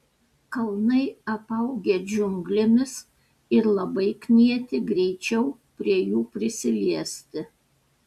kalnai apaugę džiunglėmis ir labai knieti greičiau prie jų prisiliesti